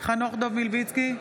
חנוך דב מלביצקי,